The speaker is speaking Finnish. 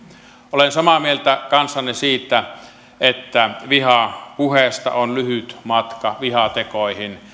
olen samaa mieltä kanssanne siitä että vihapuheesta on lyhyt matka vihatekoihin